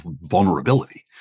vulnerability